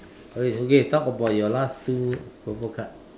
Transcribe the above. okay okay talk about your last two purple card